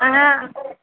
হ্যাঁ